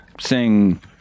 sing